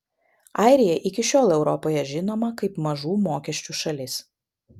airija iki šiol europoje žinoma kaip mažų mokesčių šalis